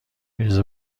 اجازه